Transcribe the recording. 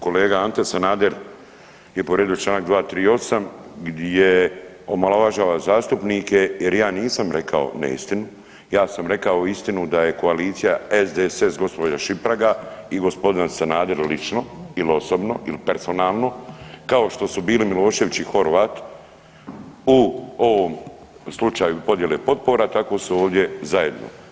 Kolega Ante Sanader je povrijedio čl. 238 gdje omalovažava zastupnike jer ja nisam rekao neistinu, ja sam rekao istinu da je koalicija SDSS gđa. Šimpraga i g. Sanaderu lično ili osobno ili personalno, kao što su bili Milošević i Horvat u ovom slučaju podjele potpora, tako su ovdje zajedno.